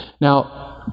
Now